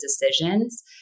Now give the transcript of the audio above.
decisions